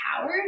power